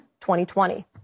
2020